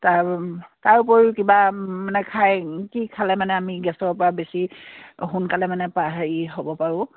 তাৰ তাৰ উপৰিও কিবা মানে খাই কি খালে মানে আমি গেছৰপৰা বেছি সোনকালে মানে হেৰি হ'ব পাৰোঁ